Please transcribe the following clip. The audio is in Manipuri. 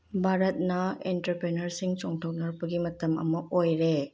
ꯚꯥꯔꯠꯅ ꯑꯦꯟꯇꯔꯄ꯭ꯔꯦꯅꯔꯁꯤꯡ ꯆꯣꯡꯊꯣꯛꯅꯔꯛꯄꯒꯤ ꯃꯇꯝ ꯑꯃ ꯑꯣꯏꯔꯦ